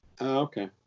okay